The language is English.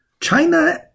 China